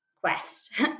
quest